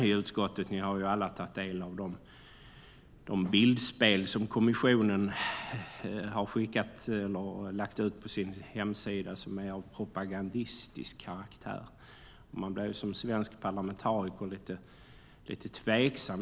I utskottet har vi alla tagit del av de bildspel som kommissionen har lagt ut på sin hemsida och som är av propagandistisk karaktär. Som svensk parlamentariker blir man lite tveksam.